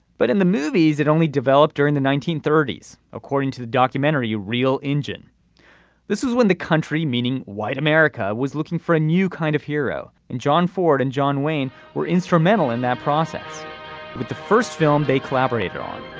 but in the movies it only developed during the nineteen thirty s. according to the documentary you real engine this is when the country meaning white america was looking for a new kind of hero in john ford and john wayne were instrumental in that process. with the first film they collaborated on.